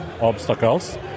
obstacles